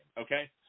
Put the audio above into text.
okay